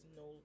no